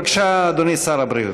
בבקשה, אדוני שר הבריאות.